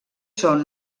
són